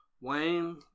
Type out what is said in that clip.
Wayne